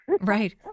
Right